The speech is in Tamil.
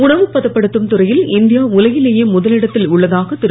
உணவு பதப்படுத்தும் துறையில் இந்தியா உலகிலேயே முதல் இடத்தில் உள்ளதாக திரு